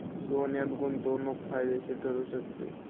सोन्यात गुंतवणूक फायदेशीर ठरू शकते